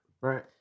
Right